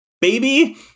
baby